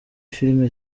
filime